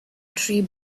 tree